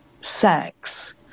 sex